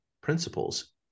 principles